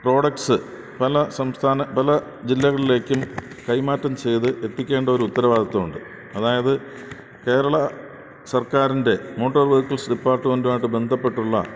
products പല സംസ്ഥാന പല ജില്ലകളിലേക്കും കൈമാറ്റം ചെയ്തു എത്തിക്കേണ്ട ഒരു ഉത്തരവാദിത്ത്വമുണ്ട് അതായത് കേരള സർക്കാരിൻ്റെ മോട്ടോർ വെഹിക്കിൾസ് ഡിപ്പാർട്ടുമെൻറ്റുമായിട്ട് ബന്ധപ്പെട്ടുള്ള